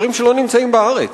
ספרים שלא נמצאים בארץ,